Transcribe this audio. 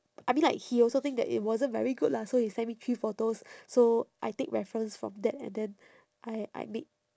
I mean like he also think that it wasn't very good lah so he sent me three photos so I take reference from that and then I I make